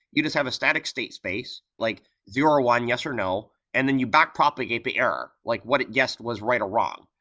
you just have a static-state space like zero or one, yes or no. and then you back propagate the error. like what it guessed was right or wrong,